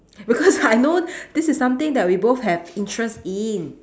because I know this is something that we both have interest in